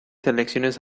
selecciones